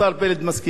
אתה לא בין אלה,